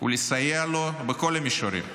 הוא לסייע לו בכל המישורים.